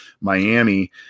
Miami